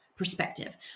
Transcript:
perspective